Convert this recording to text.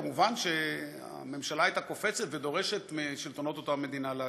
כמובן הממשלה הייתה קופצת ודורשת מהשלטונות של אותה מדינה להגן.